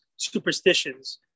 Superstitions